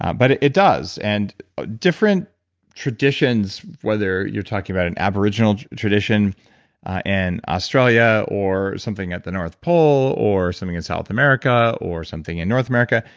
um but it it does, and ah different traditions, whether you're talking about an aboriginal tradition in and australia or something at the north pole, or something in south america, or something in north america,